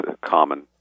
common